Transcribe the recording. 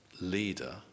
leader